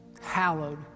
Hallowed